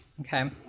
Okay